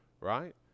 right